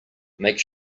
make